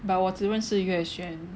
but 我只认识 Yue Xuan